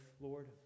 Lord